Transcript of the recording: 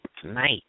tonight